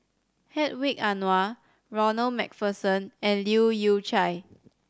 Hedwig Anuar Ronald Macpherson and Leu Yew Chye